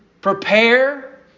Prepare